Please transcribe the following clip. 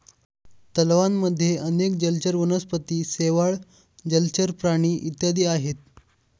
तलावांमध्ये अनेक जलचर वनस्पती, शेवाळ, जलचर प्राणी इत्यादी आहेत